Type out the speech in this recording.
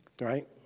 right